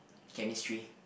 chemistry